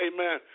Amen